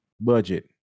Budget